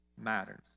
matters